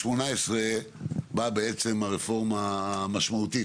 ב-2018 באה הרפורמה המשמעותית,